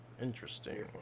Interesting